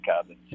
cabin